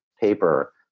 paper